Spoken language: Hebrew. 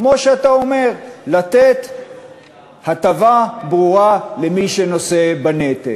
כמו שאתה אומר, לתת הטבה ברורה למי שנושא בנטל.